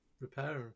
repair